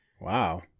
Wow